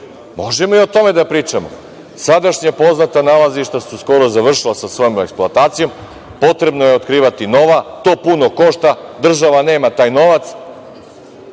Možemo i o tome da pričamo. Sadašnja poznata nalazišta su skoro završila sa svojom eksploatacijom, potrebno je otkrivati nova, to puno košta, država nema taj novac.